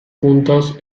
puntos